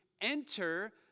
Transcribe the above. enter